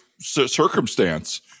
circumstance